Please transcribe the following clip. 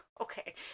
okay